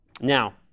Now